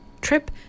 trip